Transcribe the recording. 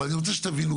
אבל אני רוצה שתבינו.